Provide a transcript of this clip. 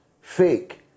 fake